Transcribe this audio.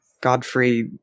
Godfrey